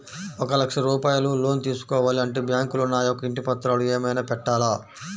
ఒక లక్ష రూపాయలు లోన్ తీసుకోవాలి అంటే బ్యాంకులో నా యొక్క ఇంటి పత్రాలు ఏమైనా పెట్టాలా?